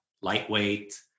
lightweight